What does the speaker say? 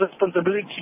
responsibility